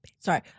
Sorry